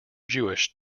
jewish